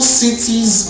cities